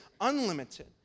unlimited